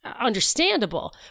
understandable